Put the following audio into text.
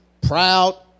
proud